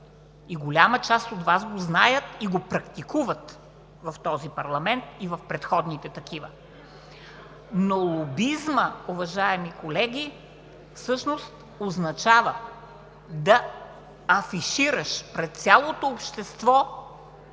Голяма част от Вас го знаят, практикуват го в този парламент и в предходните такива. Но лобизмът, уважаеми колеги, всъщност означава да афишираш пред цялото общество